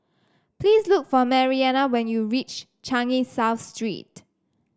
please look for Marianna when you reach Changi South Street